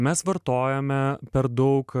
mes vartojame per daug